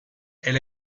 elle